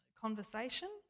conversation